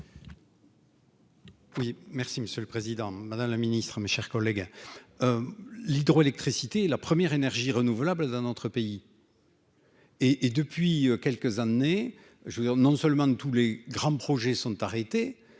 merci Monsieur le Président, Madame la Ministre, mes chers collègues, l'hydroélectricité, la première, énergies renouvelables, d'un autre pays. Et, et, depuis quelques années, je veux dire, non seulement de tous les grands projets sont arrêtés